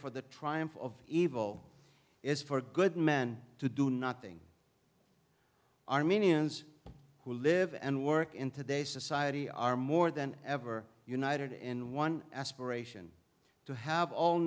for the triumph of evil is for good men to do not thing armenians who live and work in today's society are more than ever united in one aspiration to have all